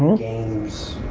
games,